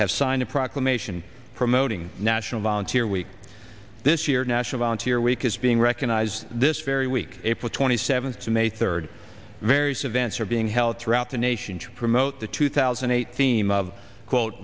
have sign a proclamation promoting national volunteer week this year national entire week is being recognized this very week april twenty seventh to may third various of ants are being held throughout the nation to promote the two thousand and eight theme of quote